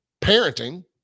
parenting